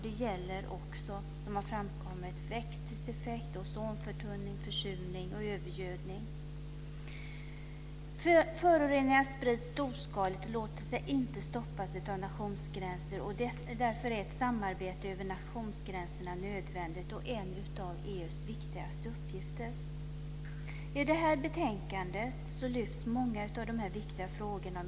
Det gäller, som har framkommit, också växthuseffekt, ozonförtunning, försurning och övergödning. Föroreningar sprids storskaligt och låter sig inte stoppas av nationsgränser. Därför är ett samarbete över nationsgränserna nödvändigt. Det är en av EU:s viktigaste uppgifter. I det här betänkandet lyfts många av de här viktiga frågorna fram.